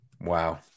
Wow